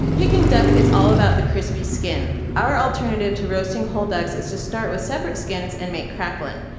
peking duck is all about the crispy skin, our alternative to roasting whole ducks is to start with separate skins and make crackling.